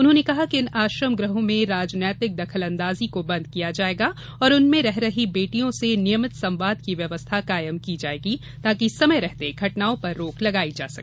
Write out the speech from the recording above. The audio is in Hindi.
उन्होंने कहा कि इन आश्रम गृहों में राजनैतिक दखलंदाजी को बंद किया जायेगा और इनमें रह रही बेटियों से नियमित संवाद की व्यवस्था कायम की जायेगी ताकि समय रहते घटनाओं पर रोक लगाई जा सके